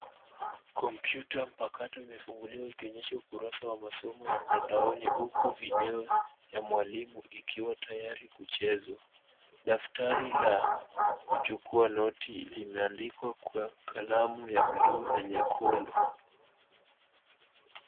Kompyuta mpakato imefunguliwa ikionyesha ukurasa wa masomo ya mtandaoni huku video ya mwalimu ikiwa tayari kuchezwa. Daftari la kuchukua noti limeandikwa kwa kalamu ya buluu na nyekundu.